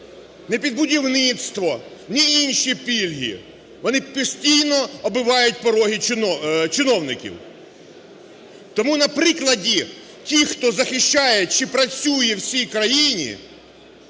ні під будівництво, ні інші пільги, вони постійно оббивають пороги чиновників. Тому на прикладі тих, хто захищає чи працює в цій країні,